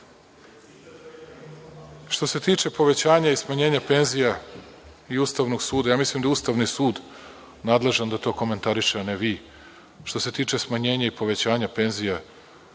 su. Što se tiče povećanja i smanjenja penzija i Ustavnog suda, ja mislim da je Ustavni sud nadležan da to komentariše a ne vi. Što se tiče smanjenja i povećanja penzija,